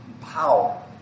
power